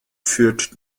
führt